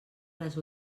les